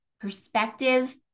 Perspective